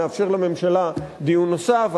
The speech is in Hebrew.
נאפשר לממשלה דיון נוסף.